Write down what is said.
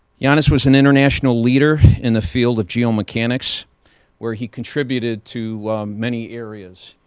ioannis was an international leader in the field of geomechanics where he contributed to many areas.